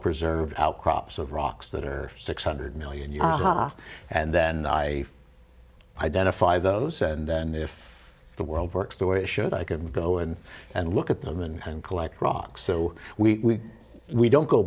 preserved outcrops of rocks that are six hundred million yamaha and then i identify those and then if the world works the way it should i can go in and look at them and collect rocks so we we don't go